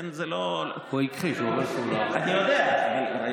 הוא הכחיש, הוא אמר